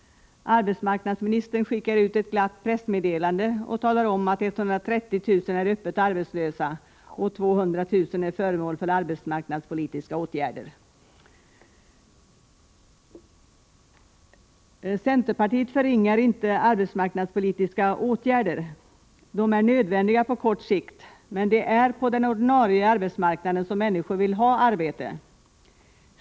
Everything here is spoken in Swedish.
Arbetsmarknadsministern skickar ut ett glatt pressmeddelande och talar om att 130 000 är öppet arbetslösa och 200 000 är föremål för arbetsmarknadspolitiska åtgärder. Centerpartiet förringar inte arbetsmarknadspolitiska åtgärder. De är nödvändiga på kort sikt, men det är på den ordinarie arbetsmarknaden som människor vill ha arbete.